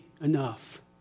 enough